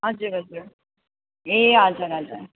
हजुर हजुर ए हजुर हजुर